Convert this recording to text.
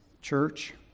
church